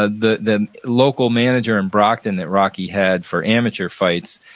ah the the local manager in brockton that rocky had for amateur fights,